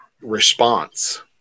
response